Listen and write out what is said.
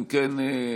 אם כן,